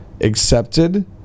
accepted